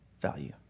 value